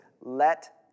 let